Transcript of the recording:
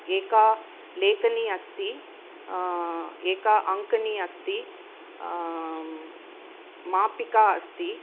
एका लेखनी अस्ति एका अङ्कनी अस्ति मापिका अस्ति